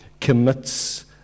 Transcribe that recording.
commits